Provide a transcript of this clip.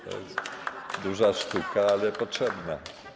To jest duża sztuka, ale potrzebna.